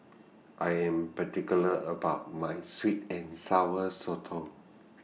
I Am particular about My Sweet and Sour Sotong